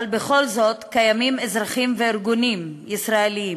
אבל בכל זאת קיימים אזרחים וארגונים ישראליים